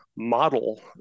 model